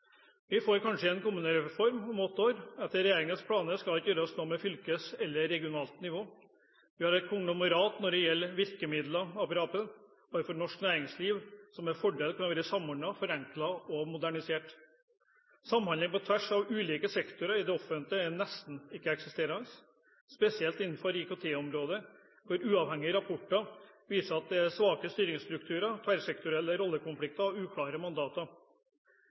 Vi får det kanskje i en kommunereform om åtte år. Etter regjeringens planer skal det ikke gjøres noe med fylkesnivå eller regionalt nivå. Vi har et konglomerat når det gjelder virkemiddelapparatet overfor norsk næringsliv, som med fordel kunne vært samordnet, forenklet og modernisert. Samhandling på tvers av ulike sektorer i det offentlige er nesten ikke-eksisterende, spesielt innenfor IKT-området, hvor uavhengige rapporter viser at det er svake styringsstrukturer, tverrsektorielle rollekonflikter og uklare mandater.